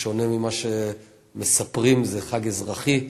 בשונה ממה שמספרים, זה חג אזרחי,